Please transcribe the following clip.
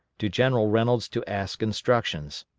to general reynolds to ask instructions.